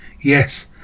Yes